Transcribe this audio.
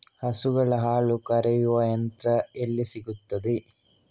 ಹಸುಗಳ ಹಾಲು ಕರೆಯುವ ಯಂತ್ರ ಎಲ್ಲಿ ಸಿಗುತ್ತದೆ?